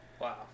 Wow